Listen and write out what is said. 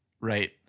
Right